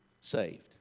saved